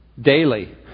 daily